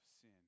sin